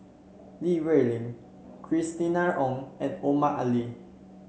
Li Rulin Christina Ong and Omar Ali